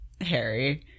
Harry